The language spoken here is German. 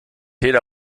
jeder